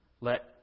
let